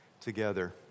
together